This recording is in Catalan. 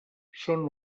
són